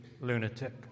lunatic